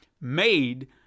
made